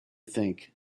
think